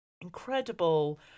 incredible